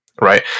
right